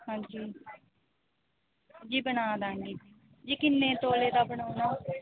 ਹਾਂਜੀ ਜੀ ਬਣਾ ਦਵਾਂਗੇ ਜੀ ਕਿੰਨੇ ਤੋਲੇ ਦਾ ਬਣਾਉਣਾ